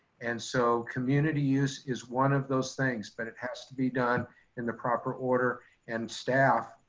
and so community use is one of those things, but it has to be done in the proper order and staff